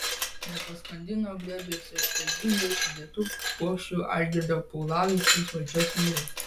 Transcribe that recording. nepaskandino glėbiuose ištaigingai sudėtų puokščių algirdo paulavičiaus valdžios vyrai